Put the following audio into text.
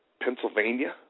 Pennsylvania